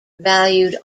valued